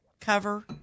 cover